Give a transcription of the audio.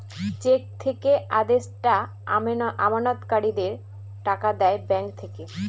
check থেকে আদেষ্টা আমানতকারীদের টাকা দেয় ব্যাঙ্ক থেকে